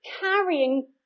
carrying